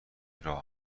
راه